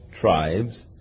tribes